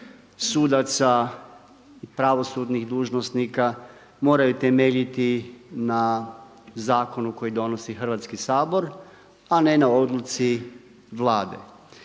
sudaca i pravosudnih dužnosnika moraju temeljiti na zakonu koji donosi Hrvatski sabor a ne na odluci Vlade.